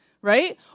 Right